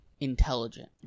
intelligent